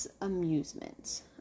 Amusement